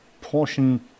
portion